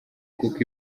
kuko